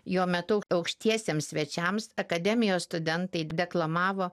jo metu aukštiesiems svečiams akademijos studentai deklamavo